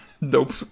Nope